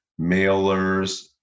mailers